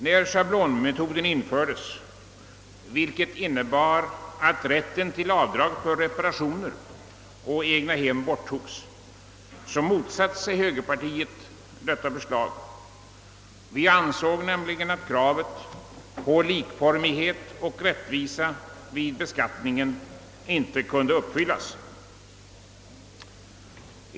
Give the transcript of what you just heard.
När sehablonmetoden infördes, vilket innebar att rätten till aydrag för reparfationer å egnahem borttogs, motsatte sig högerpartiet detta förslag. Vi ansåg nämligen att kravet på likformighet och rättvisa vid beskattningen inte kunde uppfyllas.